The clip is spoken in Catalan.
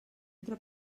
entre